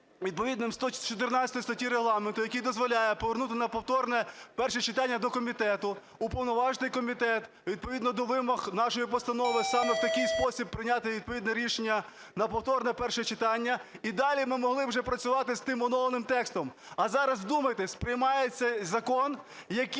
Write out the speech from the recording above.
відповідним 114 статті Регламенту, який дозволяє повернути на повторне перше читання до комітету. Уповноважити комітет і відповідно до вимог нашої постанови, саме в такий спосіб прийняти відповідне рішення на повторне перше читання. І далі ми могли б вже працювати з тим оновленим текстом. А зараз, вдумайтесь, приймається закон, який